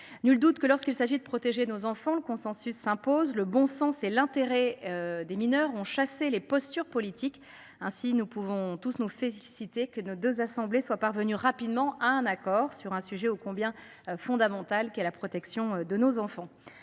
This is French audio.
Nul doute que lorsqu'il s'agit de protéger nos enfants. Le consensus s'impose le bon sens et l'intérêt des mineurs ont chassé les postures politiques ainsi, nous pouvons tous nous féliciter que nos deux assemblées soit parvenus rapidement à un accord sur un sujet ô combien fondamentale qu'est la protection de nos enfants.